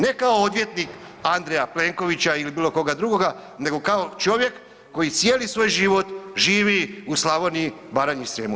Ne kao odvjetnik Andreja Plenkovića ili bilo koga drugoga nego kao čovjek koji cijeli svoj život živi u Slavoniji, Baranji i Srijemu.